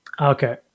Okay